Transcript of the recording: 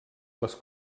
les